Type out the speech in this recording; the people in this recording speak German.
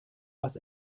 was